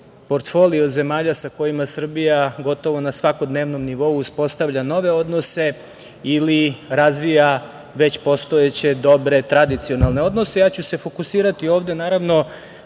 portfolio zemalja sa kojima Srbija gotovo na svakodnevnom nivou uspostavlja nove odnose ili razvija već postojeće dobre, tradicionalne odnose. Fokusiraću se ovde na